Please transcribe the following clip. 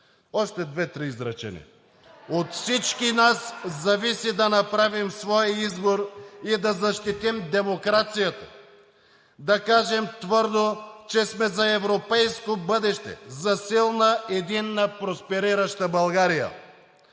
Още две-три изречения. От всички нас зависи да направим своя избор и да защитим демокрацията, да кажем твърдо, че сме за европейско бъдеще, за силна, единна просперираща България.